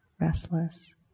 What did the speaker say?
restless